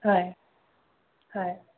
হয় হয়